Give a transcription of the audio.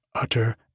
utter